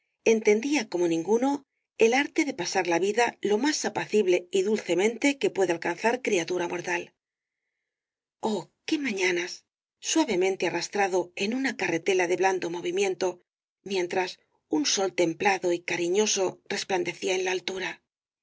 entendía como ninguno el arte de pasar la vida lo más apacible y dulcemente que puede alcanzar criatura mortal oh qué mañanas suavemente arrastrado en una carretela de blando movimiento mientras un sol templado y cariñoso resplandecía en la altura